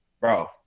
bro